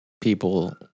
people